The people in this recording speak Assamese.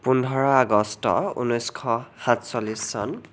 পোন্ধৰ আগষ্ট ঊনৈছশ সাতচল্লিছ চন